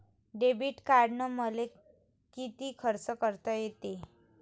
Debit कार्डानं मले किती खर्च करता येते?